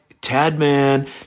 Tadman